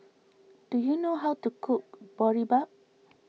do you know how to cook Boribap